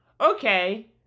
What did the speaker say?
okay